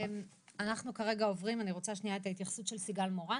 אני רוצה את ההתייחסות של סיגל מורן